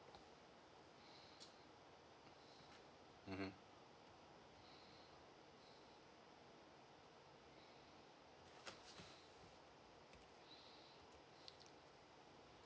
mmhmm